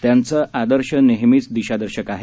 त्यांचं आदर्श हे नेहमीच दिशादर्शक आहेत